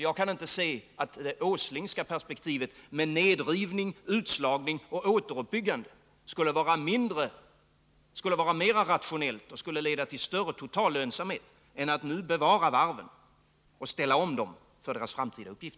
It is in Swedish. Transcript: Jag kan inte se att det Åslingska perspektivet med nedrivning, utslagning och återuppbyggnad skulle vara mera rationellt och leda till större lönsamhet än det alternativ som innebär att man bevarar varven och ställer om dem för deras framtida uppgift.